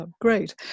great